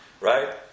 Right